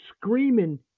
screaming